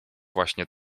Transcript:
właśnie